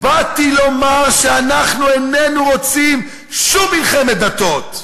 "באתי לומר שאנחנו איננו רוצים שום מלחמת דתות.